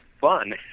fun